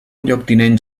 lloctinent